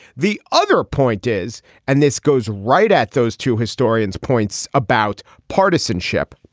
the other point is and this goes right at those two historians points about partisanship.